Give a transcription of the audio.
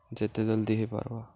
ଯେତେ ଜଲ୍ଦି ହେଇପାର୍ବା